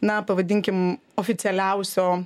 na pavadinkim oficialiausio